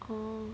oh